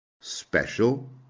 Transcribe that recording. special